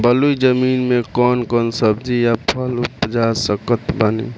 बलुई जमीन मे कौन कौन सब्जी या फल उपजा सकत बानी?